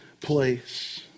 place